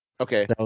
Okay